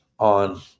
on